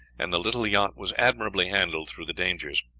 and the little yacht was admirably handled through the dangers.